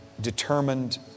determined